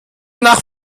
nach